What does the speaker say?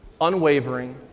unwavering